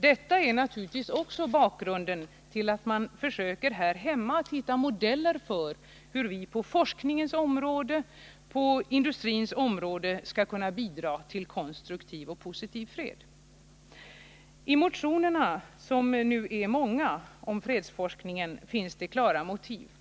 Detta är naturligtvis också bakgrunden till att vi här hemma försöker hitta modeller för hur vi på forskningens och industrins områden skall kunna bidra konstruktivt och positivt till fred. I motionerna om fredsforskning, som är många, finns klara motiv.